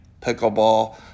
pickleball